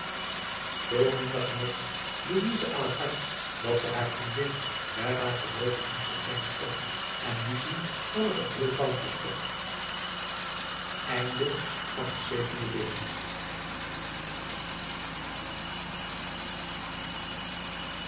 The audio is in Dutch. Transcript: minder ging het louise aan het hart dat ze haar vriendin met haar verloving moest in kennis stellen en lucie nam het ook heel kalmjes op